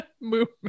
movement